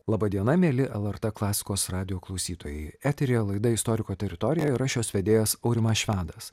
laba diena mieli lrt klasikos radijo klausytojai eteryje laida istoriko teritorija ir aš jos vedėjas aurimas švedas